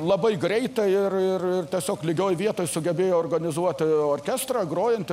labai greitai ir ir tiesiog lygioj vietoj sugebėjo organizuoti orkestrą grojantį